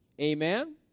Amen